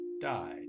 died